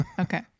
Okay